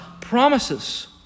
promises